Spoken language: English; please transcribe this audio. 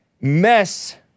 mess